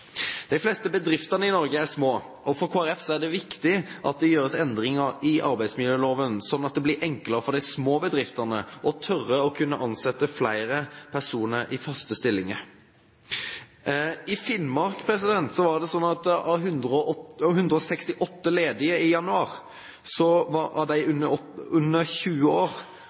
De fleste bedriftene i Norge er små, og for Kristelig Folkeparti er det viktig at det gjøres endringer i arbeidsmiljøloven sånn at det blir enklere for de små bedriftene å tørre å ansette flere personer i faste stillinger. I Finnmark var det 168 ledige i januar. 21 av disse 168 under 20 år hadde fullført videregående skole. Vi ser en økning i